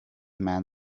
man